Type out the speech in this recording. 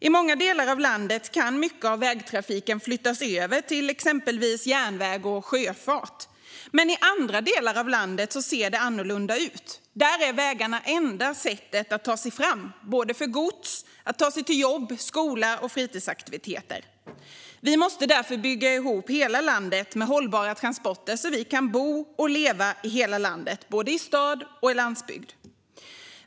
I många delar av landet kan mycket av vägtrafiken flyttas över till exempelvis järnväg och sjöfart. Men i andra delar av landet ser det annorlunda ut. Där är vägarna det enda sättet att ta sig fram, både för gods och för människor som behöver ta sig till jobb, skola och fritidsaktiviteter. Vi måste därför bygga ihop hela landet med hållbara transporter så vi kan bo och leva i hela landet, både i stad och på landsbygd.